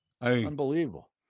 Unbelievable